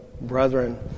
brethren